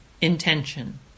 intention